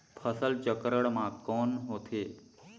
फसल चक्रण मा कौन होथे?